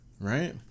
right